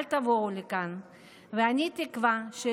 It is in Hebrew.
אל תבואו לכאן.